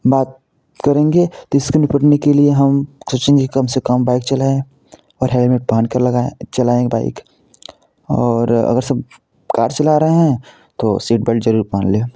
बात करेंगे तो इसको निपटने के लिए हम सोचेंगे कम से कम बाइक चलाएँ और हेलमेट पहनकर लगाएँ चलाएँ बाइक और अगर सब कार चला रहे हैं तो सीट बेल्ट जरुर पहन लें